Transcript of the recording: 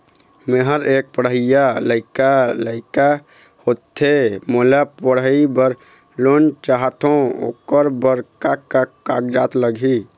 मेहर एक पढ़इया लइका लइका होथे मोला पढ़ई बर लोन चाहथों ओकर बर का का कागज लगही?